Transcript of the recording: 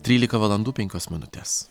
trylika valandų penkios minutes